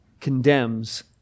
condemns